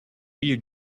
milieu